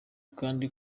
kandi